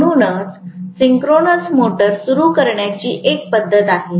म्हणूनच synchronous motor सुरू करण्याची ही एक पद्धत आहे